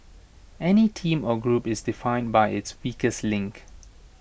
any team or group is defined by its weakest link